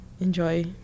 enjoy